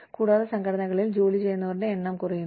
കൂടാതെ സംഘടനകളിൽ ജോലി ചെയ്യുന്നവരുടെ എണ്ണം കുറയുന്നു